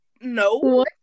No